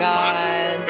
God